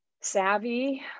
savvy